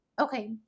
Okay